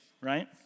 right